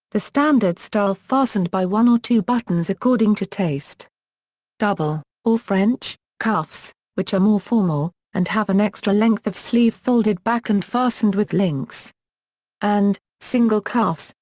the standard style fastened by one or two buttons according to taste double, or french, cuffs, which are more formal, and have an extra length of sleeve folded back and fastened with links and single cuffs,